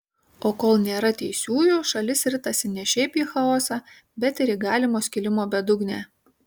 o kol nėra teisiųjų šalis ritasi ne šiaip į chaosą bet ir į galimo skilimo bedugnę